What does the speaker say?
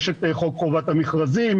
יש את חוק חובת המכרזים,